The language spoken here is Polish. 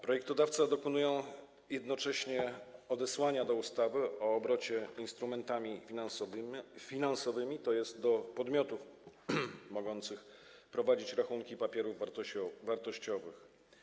Projektodawcy dokonują jednocześnie odesłania do ustawy o obrocie instrumentami finansowymi, tj. do podmiotów mogących prowadzić rachunki papierów wartościowych.